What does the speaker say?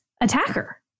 attacker